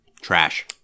Trash